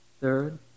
Third